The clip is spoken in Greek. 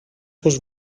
πως